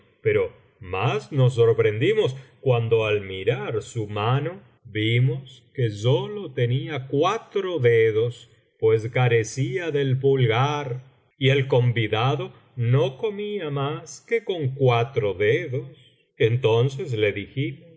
pero más nos sorprendimos cuando al mirar su mano vimos que sólo tenía cuatro dedos pues carecía del pulgar y el convidado no comía mas que con cuatro dedos entonces le